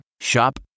Shop